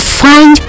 find